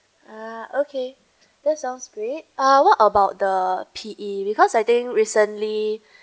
ah okay that's sounds great uh what about the P_E because I think recently